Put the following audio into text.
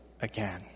again